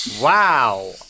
Wow